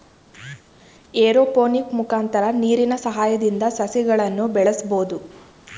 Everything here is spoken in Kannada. ಏರೋಪೋನಿಕ್ ಮುಖಾಂತರ ನೀರಿನ ಸಹಾಯದಿಂದ ಸಸಿಗಳನ್ನು ಬೆಳಸ್ಬೋದು